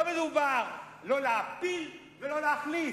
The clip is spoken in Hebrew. לא מדובר, לא להפיל ולא להחליף.